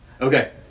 okay